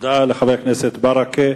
תודה לחבר הכנסת ברכה.